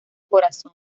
corazón